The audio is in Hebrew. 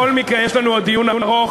בכל מקרה, יש לנו עוד דיון ארוך.